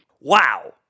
Wow